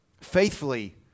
faithfully